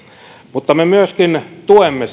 mutta me tuemme